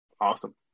awesome